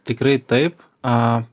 tikrai taip a